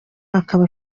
akaba